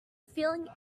feeling